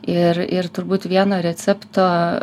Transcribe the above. ir ir turbūt vieno recepto